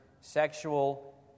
sexual